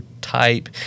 type